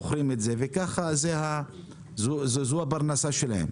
מוכרים אותו וזאת הפרנסה שלהם.